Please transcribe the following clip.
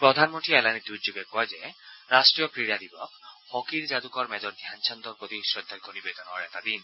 প্ৰধানমন্ত্ৰীয়ে এলানি টুইটযোগে কয় যে ৰাষ্ট্ৰীয় ক্ৰীড়া দিৱস হকীৰ যাদুকৰ মেজৰ ধ্যানচান্দৰ প্ৰতি শ্ৰদ্ধাৰ্ঘ্য নিৱেদনৰ এটা দিন